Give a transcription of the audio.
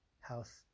House